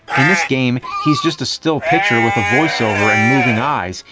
in this game, he's just a still picture with a voiceover and moving eyes.